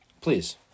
Please